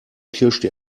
pirschte